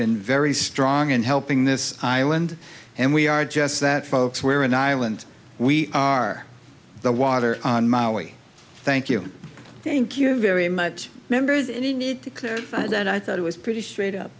been very strong in helping this island and we are just that folks where in island we are the water on maui thank you thank you very much members any need that i thought it was pretty straight up